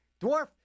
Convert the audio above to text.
Dwarf